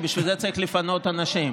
כי בשביל זה צריך לפנות אנשים.